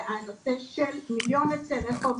והנושא של מיליון עצי רחוב,